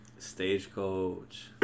Stagecoach